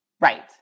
Right